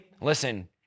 listen